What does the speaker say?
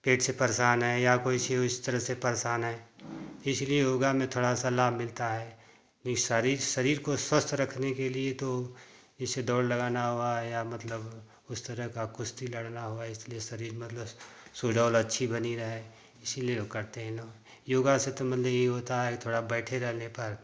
पेट से परेशान हैं या कोई उसी उस तरह से परेशान है इसीलिए योगा में थोड़ा सा लाभ मिलता है ये शारीरिक शरीर को स्वस्थ रखने के लिए तो जैसे दौड़ लगाना हुआ या मतलब उस तरह का कुश्ती लड़ना हुआ इसलिए शरीर में मतलब सुडौल अच्छी बनी रहे इसीलिए करते हैं ना योगा से तो मतलब ये ही होता है थोड़ा बैठे रहने पर